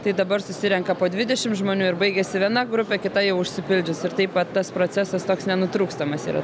tai dabar susirenka po dvidešim žmonių ir baigiasi viena grupė kita jau užsipildžius ir taip va tas procesas toks nenutrūkstamas yra